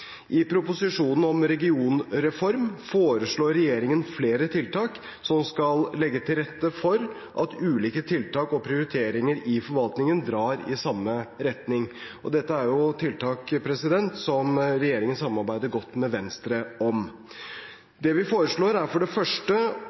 I proposisjonen om regionreform foreslår regjeringen flere tiltak som skal legge til rette for at ulike tiltak og prioriteringer i forvaltningen drar i samme retning. Dette er tiltak som regjeringen samarbeider godt med Venstre om. Det vi foreslår, er for det første,